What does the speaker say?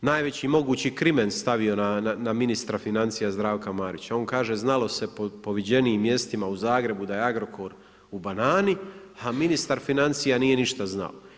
najveći mogući krimen stavio na ministra financija Zdravka Marića, on kaže znalo se po viđenijim mjestima u Zagrebu da je Agrokor u banani, a ministar financija nije ništa znao.